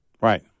Right